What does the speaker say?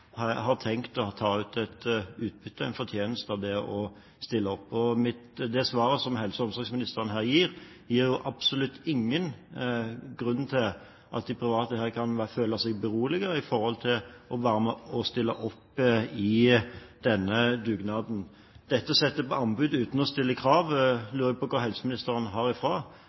har tenkt å ta ut et utbytte, en fortjeneste, av det å stille opp. Det svaret som helse- og omsorgsministeren her gir, gir absolutt ingen grunn for de private til å føle seg beroliget i forhold til å være med og stille opp i denne dugnaden. Dette å sette ut på anbud uten å stille krav – jeg lurer på hvor helseministeren har